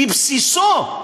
בבסיסו,